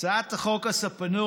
הצעת חוק הספנות